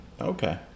okay